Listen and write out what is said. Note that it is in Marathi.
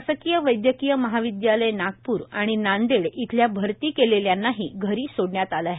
शासकीय वैद्यकीय महाविद्यालय नागपूर आणि नांदेड येथील भरती केलेल्यांनाही घरी सोडण्यात आले आहे